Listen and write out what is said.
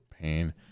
pain